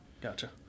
Gotcha